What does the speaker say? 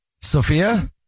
Sophia